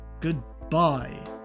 goodbye